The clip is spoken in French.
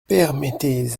permettez